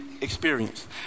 experience